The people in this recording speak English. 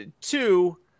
Two